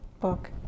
book